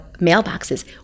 mailboxes